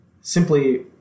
simply